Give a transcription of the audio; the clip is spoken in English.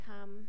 come